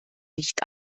nicht